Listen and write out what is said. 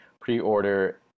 pre-order